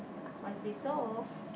must be soft